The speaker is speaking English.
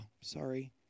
sorry